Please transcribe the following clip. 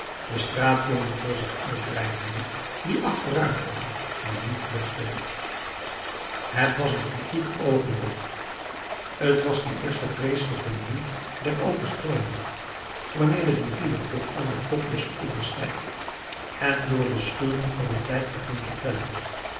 den straatjongen voor zich uitdrijvende die achteruit ging maar niet vluchtte het was een kritiek oogenblik t was die eerste vreeselijke minuut der overstrooming wanneer de rivier tot aan den top des oevers stijgt en door de scheuren van den dijk begint te kwellen